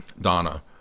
Donna